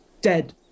dead